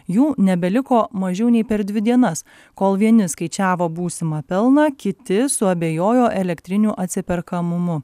jų nebeliko mažiau nei per dvi dienas kol vieni skaičiavo būsimą pelną kiti suabejojo elektrinių atsiperkamumu